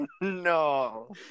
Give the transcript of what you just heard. No